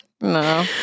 no